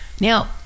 Now